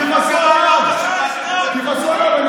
תכעסו עליו.